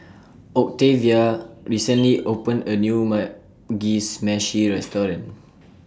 Octavio recently opened A New Mugi Meshi Restaurant